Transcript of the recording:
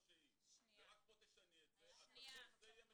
שהיא ורק פה תשני את זה אז בסוף זה יהיה משובש.